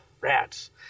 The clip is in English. rats